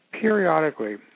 Periodically